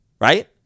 right